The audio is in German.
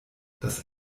das